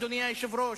אדוני היושב-ראש,